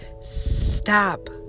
stop